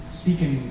speaking